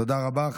תודה רבה.